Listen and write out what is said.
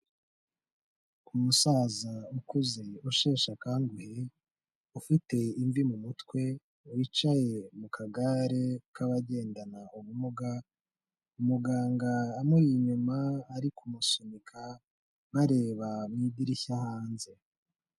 Umusaza ukuze usheshe akanguhe, ufite imvi mu mutwe, wicaye mu kagare k'abagendana ubumuga, umuganga amuri inyuma ari kumusunika bareba mu idirishya hanze.